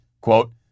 quote